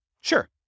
Sure